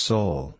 Soul